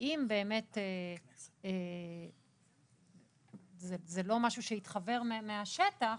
אם באמת זה לא משהו שהתחוור מהשטח,